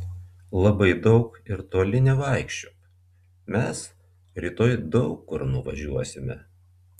labai daug ir toli nevaikščiok mes rytoj daug kur nuvažiuosime